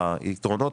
היתרונות,